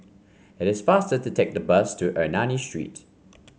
it is faster to take the bus to Ernani Street